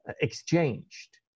exchanged